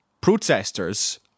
protesters